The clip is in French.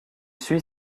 suit